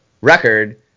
record